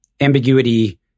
ambiguity